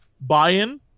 buy-in